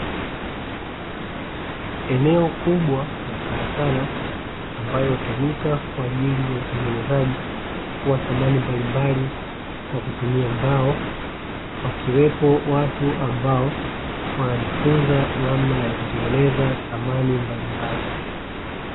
Eneo kubwa la karakana ambayo hutumika kwa ajili ya utengenezaji wa samani mbalimbali kwa kutumia mbao, wakiwepo watu ambao wanajifunza namna ya kutengeneza samani mbalimbali.